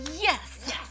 yes